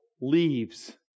leaves